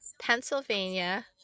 Pennsylvania